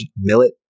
millet